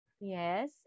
Yes